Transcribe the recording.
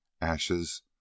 ashes